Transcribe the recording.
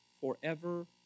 forever